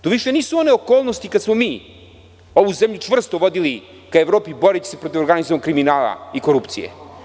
To više nisu one okolnosti kad smo mi ovu zemlju čvrsto vodili ka Evropi, boreći se protiv organizovanog kriminala i korupcije.